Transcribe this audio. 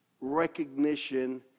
recognition